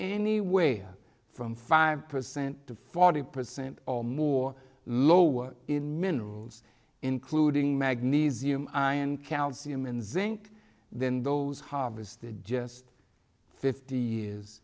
anyway from five percent to forty percent or more lower in minerals including magnesium calcium and zinc than those harvested just fifty years